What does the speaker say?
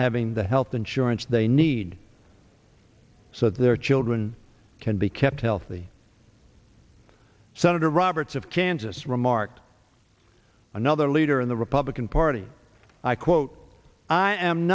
having the health insurance they need so their children can be kept healthy senator roberts of kansas remarked another leader in the republican party i quote i am